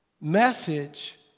message